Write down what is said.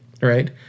right